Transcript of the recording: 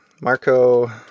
marco